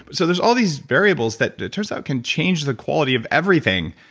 so there's all these variables that, it turns out, can change the quality of everything,